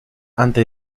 antes